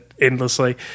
endlessly